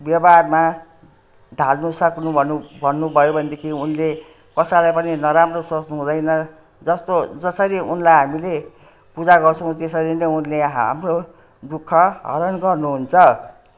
व्यवहारमा ढाल्नु सक्नु भनु भन्नुभयो भनेदेखि उनले कसैलाई पनि नराम्रो सोच्नु हुँदैन जस्तो जसरी उनलाई हामीले पूजा गर्छौँ त्यसरी नै उनले हाम्रो दुःख हरण गर्नुहुन्छ